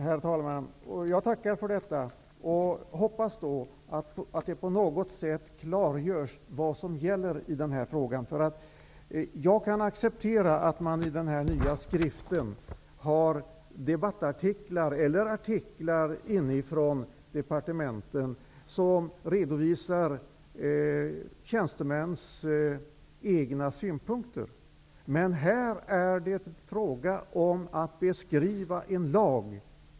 Herr talman! Jag tackar för detta och hoppas att det på något sätt klargörs vad som gäller i denna fråga. Jag kan acceptera att man i den nya skriften har debattartiklar eller artiklar inifrån departementen som redovisar tjänstemäns egna synpunkter. Men här är det fråga om att beskriva en lag.